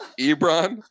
ebron